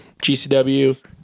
GCW